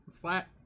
flat